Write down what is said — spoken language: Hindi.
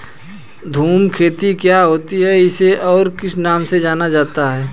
झूम खेती क्या होती है इसे और किस नाम से जाना जाता है?